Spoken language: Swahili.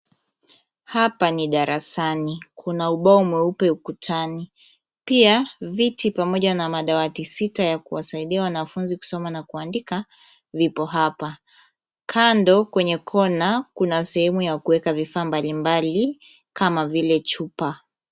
Hapa ni darasani. Kuna ubao mweupe ukutani. Pia viti pamoja na madawati sita ya kuwasaidia wanafunzi kusoma na kuandika vipo hapa. Kando kwenye kona, kuna sehemu ya kuweka vifaa mbalimbali kama vile chupa.